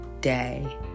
day